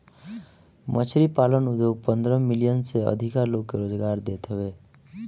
मछरी पालन उद्योग पन्द्रह मिलियन से अधिका लोग के रोजगार देत हवे